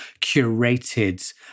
curated